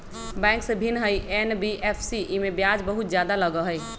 Bank से भिन्न हई एन.बी.एफ.सी इमे ब्याज बहुत ज्यादा लगहई?